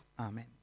Amen